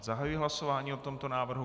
Zahajuji hlasování o tomto návrhu.